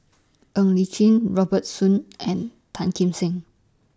Ng Li Chin Robert Soon and Tan Kim Seng